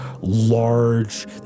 large